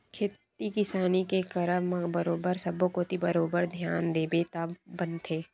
खेती किसानी के करब म बरोबर सब्बो कोती बरोबर धियान देबे तब बनथे